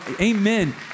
amen